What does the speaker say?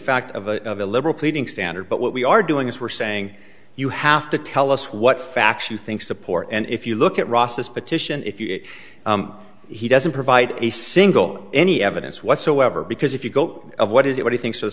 fact of a deliberate pleading standard but what we are doing is we're saying you have to tell us what facts you think support and if you look at ross's petition if you he doesn't provide a single any evidence whatsoever because if you go of what it what he thinks of